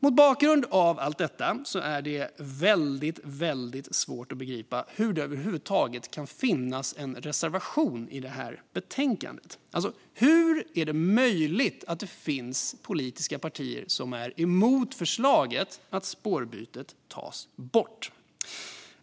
Mot bakgrund av allt detta är det väldigt svårt att begripa hur det över huvud taget kan finnas en reservation i detta betänkande. Hur är det möjligt att det finns politiska partier som är emot förslaget att spårbytet tas bort?